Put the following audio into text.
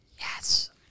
Yes